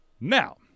Now